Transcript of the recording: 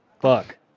Fuck